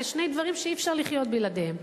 ואלה שני דברים שאי-אפשר לחיות בלעדיהם.